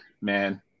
man